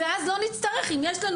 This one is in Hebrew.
מי שהיה פה